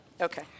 okay